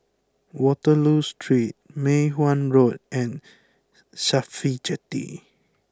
Waterloo Street Mei Hwan Road and Cafhi Jetty